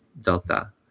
Delta